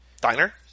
Diner